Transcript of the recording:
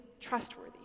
trustworthy